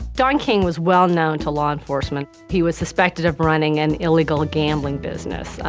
don king was well known to law enforcement. he was suspected of running an illegal gambling business,